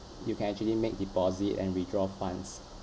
you can actually make deposit and withdraw funds